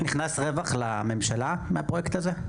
נכנס רווח לממשלה מהפרויקט הזה?